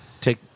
take